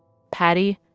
patty,